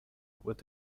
with